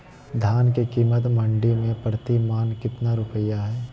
धान के कीमत मंडी में प्रति मन कितना रुपया हाय?